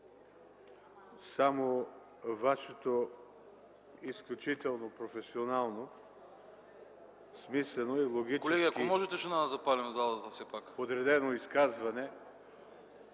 само Вашето изключително професионално, смислено и логически подредено изказване